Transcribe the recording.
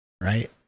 right